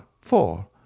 four